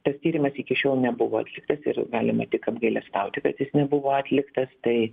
tas tyrimas iki šiol nebuvo atliktas ir galima tik apgailestauti kad jis nebuvo atliktas tai